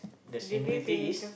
the similarity is